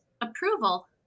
approval